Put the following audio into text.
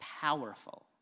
powerful